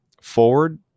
forward